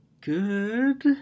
good